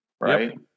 Right